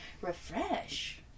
refresh